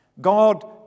God